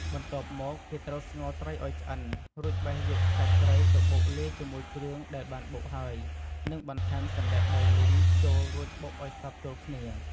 បន្ទាប់មកគេត្រូវស្ងោរត្រីឱ្យឆ្អិន រួចបេះយកសាច់ត្រីទៅបុកលាយជាមួយគ្រឿងដែលបានបុកហើយនិងបន្ថែមសណ្តែកដីលីងចូលរួចបុកឱ្យសព្វចូលគ្នា។